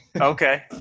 Okay